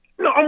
No